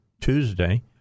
Tuesday